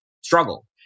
struggle